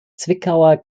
zwickauer